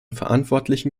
verantwortlichen